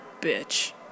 bitch